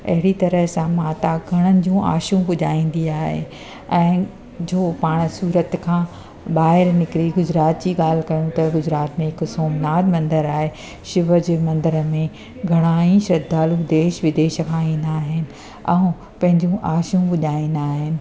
अहिड़ी तरह सां माता घणनि जूं आशूं पुॼाईंदी आहे ऐं जो पाण सूरत खां ॿाहिरि निकिरी गुजरात जी ॻाल्हि कयूं त गुजरात में हिकु सोमनाथ मंदरु आहे शिव जे मंदर में घणा ई श्रद्धालु देश विदेश खां ईंदा आहिनि ऐं पंहिंजूं आशूं पुॼाईंदा आहिनि